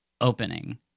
opening